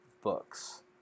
books